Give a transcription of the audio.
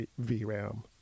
VRAM